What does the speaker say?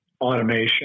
automation